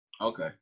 Okay